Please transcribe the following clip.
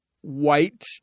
white